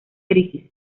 crisis